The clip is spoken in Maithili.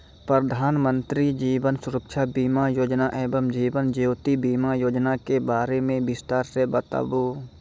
प्रधान मंत्री जीवन सुरक्षा बीमा योजना एवं जीवन ज्योति बीमा योजना के बारे मे बिसतार से बताबू?